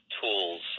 tools